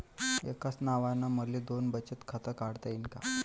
एकाच नावानं मले दोन बचत खातं काढता येईन का?